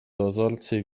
dozorcy